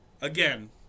Again